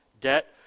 debt